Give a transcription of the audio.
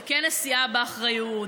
זה כן נשיאה באחריות.